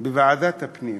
לוועדת הפנים